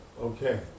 Okay